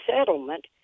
settlement